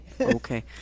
okay